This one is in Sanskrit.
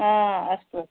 हा अस्तु अस्तु